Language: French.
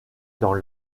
dans